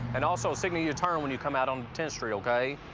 and also signal your turn when you come out on tenth street, ok?